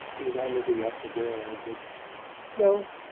without looking up the girl answered no.